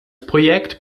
projekt